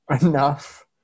enough